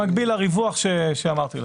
במקביל לריווח שאמרתי לך.